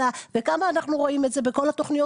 וכמה אנחנו רואים את זה בכל תוכניות